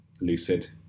lucid